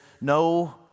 no